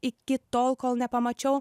iki tol kol nepamačiau